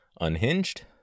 unhinged